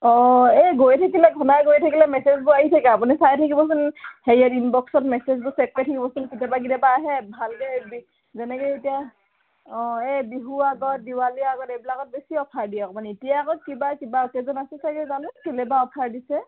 এই গৈ থাকিলে ঘ'নাই গৈ থাকিলে মেছেজবোৰ আহি থাকে আপুনি চাই থাকিবচোন হেৰি ইনবক্সত মেছেজবোৰ চেক কৰি থাকিবচোন কেতিয়াবা কেতিয়াবা আহে ভাল কে যেনেকে এতিয়া এই বিহু আগত দীৱালীৰ আগত এইবিলাকত বেছি অফাৰ দিয়ক আপুনি এতিয়া আগত কিবা কিবা অকেজন আছে চাগে জানে কেইলে অফাৰ দিছে